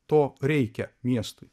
to reikia miestui